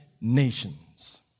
nations